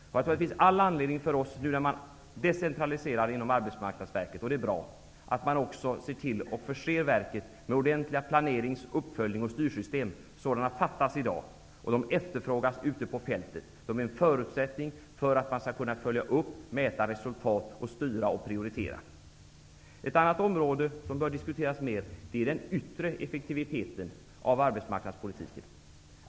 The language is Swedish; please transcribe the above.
Jag tror att det finns all anledning för oss att nu, när man decentraliserar inom Arbetsmarknadsverket -- och det är bra -- försöka förse verket med ordentliga planerings-, uppföljnings och styrsystem. Sådana fattas i dag, och de efterfrågas ute på fältet. De är en förutsättning för att man skall kunna följa upp, mäta resultat, styra och prioritera. Ett annat område som bör diskuteras mer är den yttre effektiviteten av arbetsmarknadspolitiken.